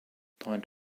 died